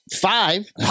Five